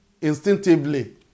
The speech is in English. instinctively